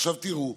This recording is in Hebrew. עכשיו תראו,